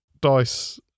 dice